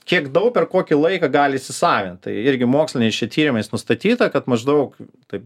kiek dau per kokį laiką gali įsisavint tai irgi moksliniais čia tyrimais nustatyta kad maždaug taip